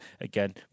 again